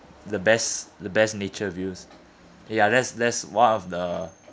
the best the best nature views ya that's that's one of the